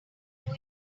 when